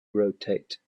rotate